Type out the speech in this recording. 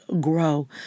grow